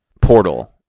Portal